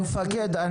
המפקד,